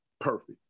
Perfect